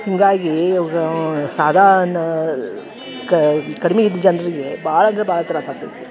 ಹಿಂಗಾಗಿ ಇವ್ಗಾ ಸಾದಾನ ಕಡ್ಮಿ ಇದ್ದ ಜನ್ರಿಗೆ ಭಾಳ್ ಅಂದ್ರ ಭಾಳ್ ತ್ರಾಸ ಆಗ್ತೈತಿ